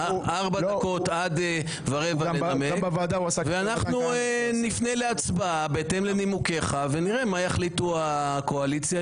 לאחר מכן אנחנו נפנה להצבעה בהתאם לנימוקיך ונראה מה תחליט הקואליציה.